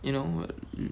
you know [what]